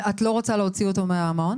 ואת לא רוצה להוציא אותו מהמעון?